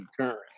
current